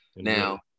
Now